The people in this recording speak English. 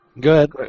Good